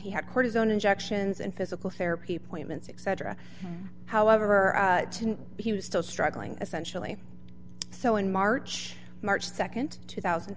he had cortisone injections and physical therapy appointments etc however he was still struggling essentially so in march march nd two thousand